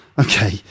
okay